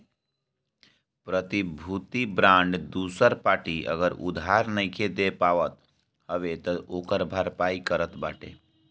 प्रतिभूति बांड दूसर पार्टी अगर उधार नाइ दे पावत हवे तअ ओकर भरपाई करत बाटे